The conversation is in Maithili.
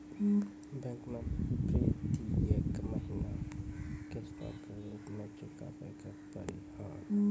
बैंक मैं प्रेतियेक महीना किस्तो के रूप मे चुकाबै के पड़ी?